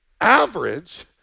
average